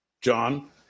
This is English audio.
John